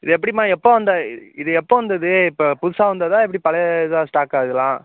இது எப்படிம்மா எப்போது வந்தது இது எப்போது வந்தது இப்போது புதுசாக வந்ததா எப்படி பழைய இதா ஸ்டாக்கா இதெல்லாம்